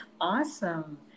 awesome